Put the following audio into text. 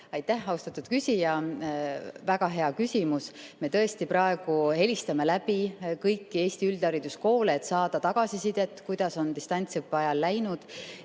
Aitäh, austatud küsija! Väga hea küsimus. Me tõesti praegu helistame läbi kõiki Eesti üldhariduskoole, et saada tagasisidet, kuidas on distantsõppe ajal läinud.